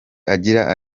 agira